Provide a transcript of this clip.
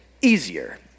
easier